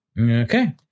Okay